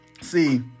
See